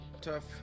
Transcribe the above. tough